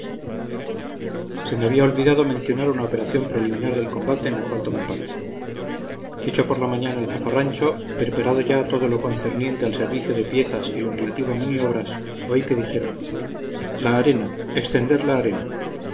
se me había olvidado mencionar una operación preliminar del combate en la cual tomé parte hecho por la mañana el zafarrancho preparado ya todo lo concerniente al servicio de piezas y lo relativo a maniobras oí que dijeron la arena extender la arena